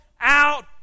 out